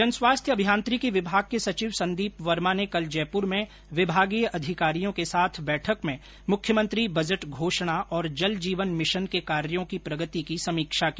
जन स्वास्थ्य अभियांत्रिकी विभाग के सचिव संदीप वर्मा ने कल जयपूर में विभागीय अधिकारियों के साथ बैठक में मुख्यमंत्री बजट घोषणा और जल जीवन मिशन के कॉर्यों की प्रगति की समीक्षा की